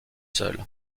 seule